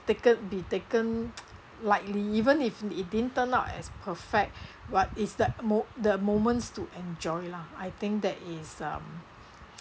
taken be taken lightly even if it didn't turn out as perfect but is that mo~ the moments to enjoy lah I think that is um